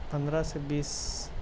پندرہ سے بیس